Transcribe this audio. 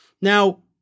Now